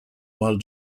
while